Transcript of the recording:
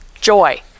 joy